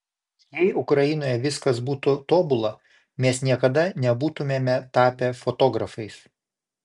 jei ukrainoje viskas būtų tobula mes niekada nebūtumėme tapę fotografais